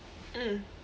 mm